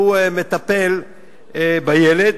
שהוא המטפל בילד.